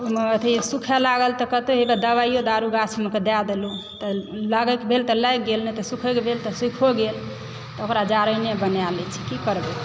ओहिमे अथी सुखाए लागल तऽ दबाइयों दारु गाछमे कऽ दए देलहुँ तऽ लागयके भेल तऽ लागि गेल नहि तऽ सुखय के भेल तऽ सुखिओ गेल तऽ ओकरा जारनि बना लय छी की करबै